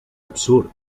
absurd